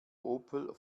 opel